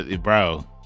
Bro